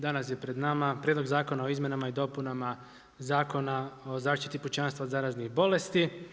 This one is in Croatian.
Danas je pred nama Prijedlog Zakona o izmjenama i dopuni Zakona o zaštiti pučanstva od zaraznih bolesti.